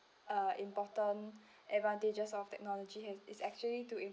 uh important advantages of technology has is actually to